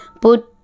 Put